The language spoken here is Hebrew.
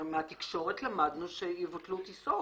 גם מהתקשורת למדנו שיבוטלו טיסות,